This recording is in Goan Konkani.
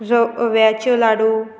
जो अव्याच्यो लाडू